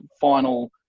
final